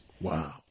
Wow